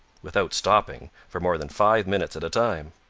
without stopping, for more than five minutes at a time.